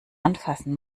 anfassen